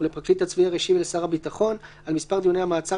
לפרקליט הצבאי הראשי ולשר הביטחון על מספר דיוני המעצר